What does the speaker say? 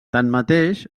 tanmateix